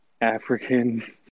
african